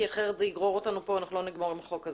אחרת זה יגרור אותנו פה לא נגמור עם החוק הזה.